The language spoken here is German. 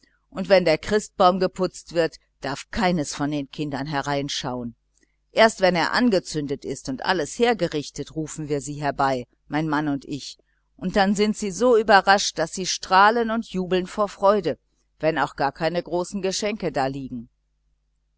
und wenn der christbaum geputzt wird darf keines von den kinder hereinschauen erst wenn er angezündet ist und alles hingerichtet rufen wir sie herbei mein mann und ich und dann sind sie so überrascht daß sie strahlen und jubeln vor freude wenn auch gar keine großen geschenke daliegen